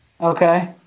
Okay